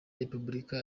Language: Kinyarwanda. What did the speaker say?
repubulika